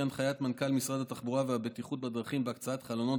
הנחיית מנכ"ל משרד התחבורה והבטיחות בדרכים בהקצאת חלונות